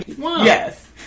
Yes